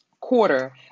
quarter